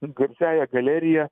garsiąja galerija